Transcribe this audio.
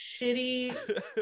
shitty